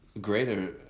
greater